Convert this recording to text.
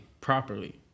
properly